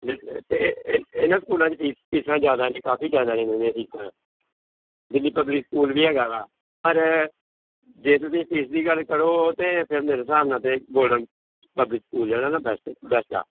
ਇਹਨਾਂ ਸਕੂਲਾਂ 'ਚ ਫੀ ਫੀਸਾਂ ਜ਼ਿਆਦਾ ਨੇ ਕਾਫ਼ੀ ਜ਼ਿਆਦਾ ਨੇ ਇਹਨਾਂ ਦੀਆਂ ਫੀਸਾਂ ਦਿੱਲੀ ਪਬਲਿਕ ਸਕੂਲ ਵੀ ਹੈਗਾ ਵਾ ਪਰ ਜੇ ਤੁਸੀਂ ਫੀਸ ਦੀ ਗੱਲ ਕਰੋ ਤਾਂ ਫਿਰ ਮੇਰੇ ਹਿਸਾਬ ਨਾਲ ਤਾਂ ਗੋਲਡਨ ਪਬਲਿਕ ਸਕੂਲ ਜਿਹੜਾ ਨਾ ਬੈਸਟ ਬੈਸਟ ਆ